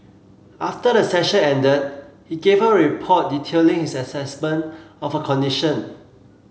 after the session ended he gave her a report detailing his assessment of her condition